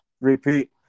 Repeat